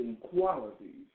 qualities